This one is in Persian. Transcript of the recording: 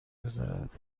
گذارد